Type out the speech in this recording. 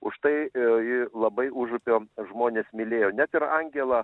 už tai jį labai užupio žmonės mylėjo net ir angelą